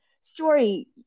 story